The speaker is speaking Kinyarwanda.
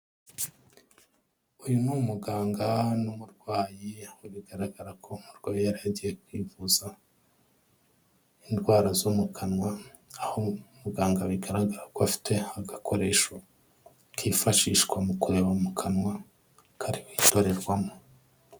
Uyu ni umuganga n'umurwayi, aho bigaragara ko umurwayi yari yagiye kwivuza indwara zo mu kanwa, aho muganga bigaragara ko afite agakoresho kifashishwa mu kureba mu kanwa, kariho indorerwamo.